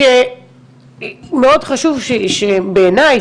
מאוד חשוב בעיני,